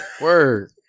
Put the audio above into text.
Word